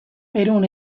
perun